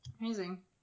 amazing